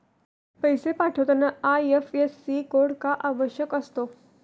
पैसे पाठवताना IFSC code का आवश्यक असतो?